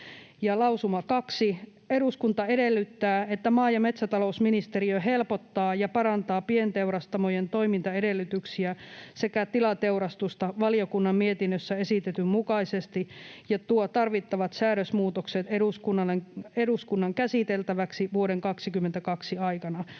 lausuma 2: ”Eduskunta edellyttää, että maa- ja metsätalousministeriö helpottaa ja parantaa pienteurastamojen toimintaedellytyksiä sekä tilateurastusta valiokunnan mietinnössä esitetyn mukaisesti ja tuo tarvittavat säädösmuutokset eduskunnan käsiteltäväksi vuoden 2022 aikana.